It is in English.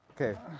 Okay